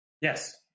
Yes